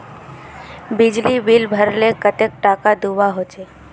बिजली बिल भरले कतेक टाका दूबा होचे?